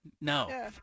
No